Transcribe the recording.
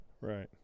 Right